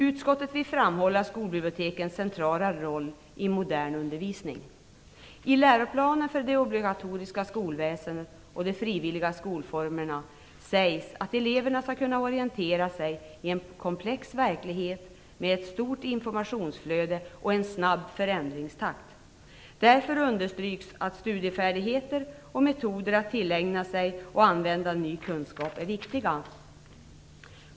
Utskottet vill framhålla skolbibliotekens centrala roll i modern undervisning. I läroplanen för det obligatoriska skolväsendet och de frivilliga skolformerna sägs att eleverna skall kunna orientera sig i en komplex verklighet med ett stort informationsflöde och en snabb förändringstakt. Därför understryks att studiefärdigheter och metoder att tillägna sig och använda ny kunskap är viktiga.